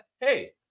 Hey